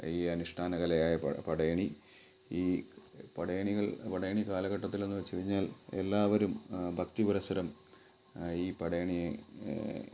ഈ അനുഷ്ഠാന കലയായ പടയണി ഈ പടയണികൾ പടയണി കാലഘട്ടത്തിലെന്ന് വെച്ച് കഴിഞ്ഞാൽ എല്ലാവരും ഭക്തി പുരസരം ഈ പടയണിയെ